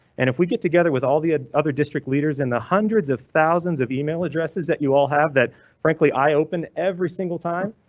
and if we get together with all the ah other district leaders in the hundreds of thousands of email addresses that you all have that frankly, i open every single time.